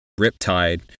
Riptide